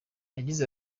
yagize